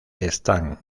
están